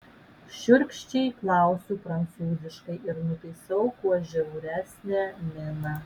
šiurkščiai klausiu prancūziškai ir nutaisau kuo žiauresnę miną